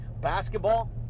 basketball